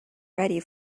ready